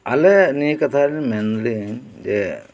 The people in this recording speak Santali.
ᱟᱞᱮ ᱱᱤᱭᱟᱹ ᱠᱟᱛᱷᱟ ᱨᱤᱧ ᱢᱮᱱ ᱫᱟᱲᱮᱜ ᱤᱧ ᱡᱮ